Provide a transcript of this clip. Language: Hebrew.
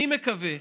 אני מקווה,